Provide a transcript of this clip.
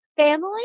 family